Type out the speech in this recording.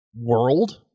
world